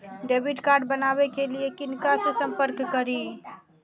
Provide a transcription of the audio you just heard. Debit card बनावे के लिए किनका से संपर्क करी?